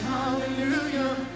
Hallelujah